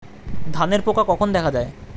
ধানের পোকা কখন দেখা দেয়?